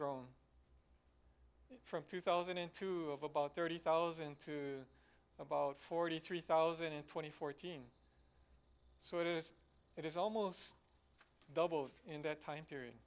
growing from two thousand and two of about thirty thousand to about forty three thousand and twenty fourteen so it is almost doubled in that time period